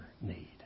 need